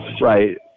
right